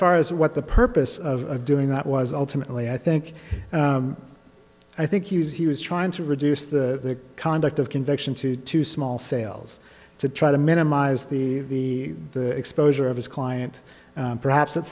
far as what the purpose of doing that was ultimately i think i think he was he was trying to reduce the conduct of convection to two small sails to try to minimize the exposure of his client perhaps at